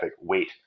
weight